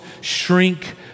shrink